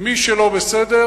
מי שלא בסדר,